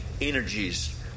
energies